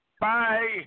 Bye